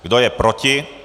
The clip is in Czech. Kdo je proti?